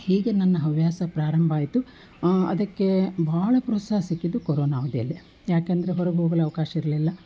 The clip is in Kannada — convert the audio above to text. ಹೀಗೆ ನನ್ನ ಹವ್ಯಾಸ ಪ್ರಾರಂಭ ಆಯಿತು ಅದಕ್ಕೆ ಬಹಳ ಪ್ರೋತ್ಸಾಹ ಸಿಕ್ಕಿದ್ದು ಕೊರೋನ ಅವಧಿಯಲ್ಲಿ ಯಾಕೆಂದರೆ ಹೊರಗೆ ಹೋಗಲು ಅವಕಾಶ ಇರಲಿಲ್ಲ